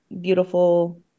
beautiful